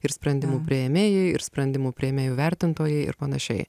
ir sprendimų priėmėjai ir sprendimų priėmėjų vertintojai ir panašiai